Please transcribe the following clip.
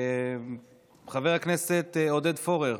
חבר הכנסת עודד פורר,